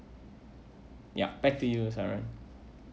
ya back to you saran